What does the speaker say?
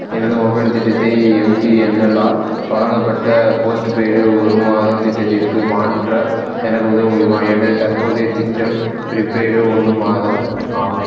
எனது மொபைல் திட்டத்தை எம்டிஎன்எல்லால் வழங்கப்பட்ட போஸ்ட்டுபெய்டு ஒரு மாதத் திட்டத்திற்கு மாற்ற எனக்கு உதவ முடியுமா எனது தற்போதைய திட்டம் ப்ரீபெய்டு ஒன்று மாதம் ஆகும்